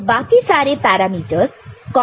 तो बाकी सारे पैरामीटर कांस्टेंट है